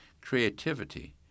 creativity